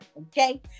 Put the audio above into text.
okay